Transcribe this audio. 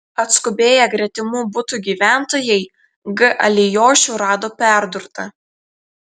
atskubėję gretimų butų gyventojai g alijošių rado perdurtą